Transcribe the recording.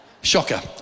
Shocker